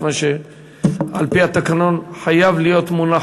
כיוון שעל-פי התקנון חייב להיות מונח